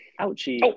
ouchie